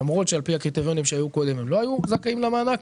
למרות שעל פי הקריטריונים שהיו קודם הם לא היו זכאים למענק,